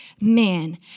man